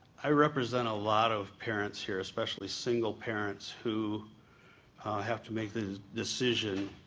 i represent a lot of parents here, especially single parents who have to make the decision,